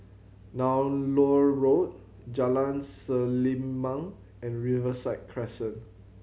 Nallur Road Jalan Selimang and Riverside Crescent